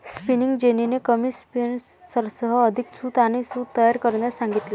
spinning जेनीने कमी स्पिनर्ससह अधिक सूत आणि सूत तयार करण्यास सांगितले